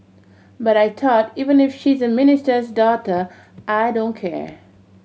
but I thought even if she is a minister's daughter I don't care